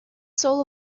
soul